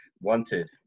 Wanted